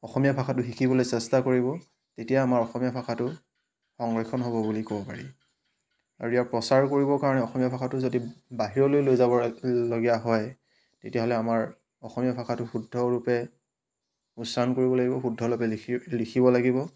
অসমীয়া ভাষাটো শিকিবলৈ চেষ্টা কৰিব তেতিয়া আমাৰ অসমীয়া ভাষাটো সংৰক্ষণ হ'ব বুলি ক'ব পাৰি আৰু ইয়াৰ প্ৰচাৰ কৰিবৰ কাৰণে অসমীয়া ভাষাটো যদি বাহিৰলৈ লৈ যাবলগীয়া হয় তেতিয়াহ'লে আমাৰ অসমীয়া ভাষাটো শুদ্ধ ৰূপে উচ্চাৰণ কৰিব লাগিব শুদ্ধ ৰূপে লিখি লিখিব লাগিব